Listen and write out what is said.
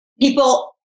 people